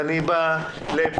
אני בא לפה,